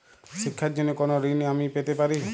শিক্ষার জন্য কোনো ঋণ কি আমি পেতে পারি?